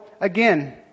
again